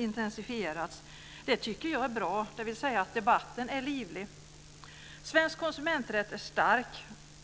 intensifierats. Det tycker jag är bra, dvs. att debatten är livlig. Svensk konsumenträtt är stark.